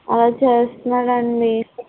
అలా చేస్తున్నాడు అండి